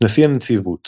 נשיא הנציבות